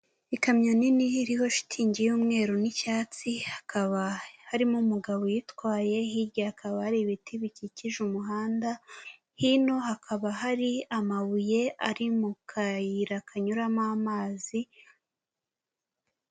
Ikamyo nini iriho shitingi y'umweru n'icyatsi, hakaba harimo umugabo uyitwaye, hirya hakaba hari ibiti bikikije umuhanda, hino hakaba hari amabuye ari mu kayira kanyuramo amazi.